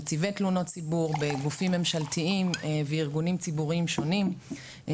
נציבי תלונות ציבור בגופים ממשלתיים וארגונים ציבוריים שונים,